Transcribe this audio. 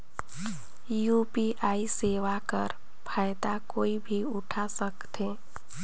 UPI सेवा कर फायदा कोई भी उठा सकथे?